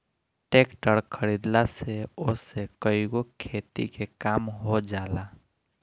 tractor खरीदला से ओसे कईगो खेती के काम हो जाला